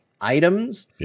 items